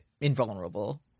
invulnerable